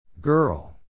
Girl